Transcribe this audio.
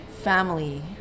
family